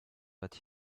that